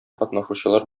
катнашучылар